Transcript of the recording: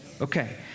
Okay